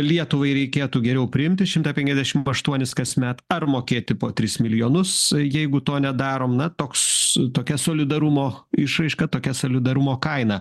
lietuvai reikėtų geriau priimti šimtą penkiasdešim aštuonis kasmet ar mokėti po tris milijonus jeigu to nedarom na toks tokia solidarumo išraiška tokia solidarumo kaina